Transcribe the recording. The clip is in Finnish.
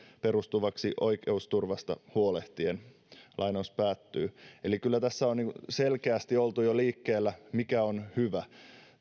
perustuvaksi oikeusturvasta huolehtien eli kyllä tässä on selkeästi oltu jo liikkeellä mikä on hyvä